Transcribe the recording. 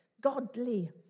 godly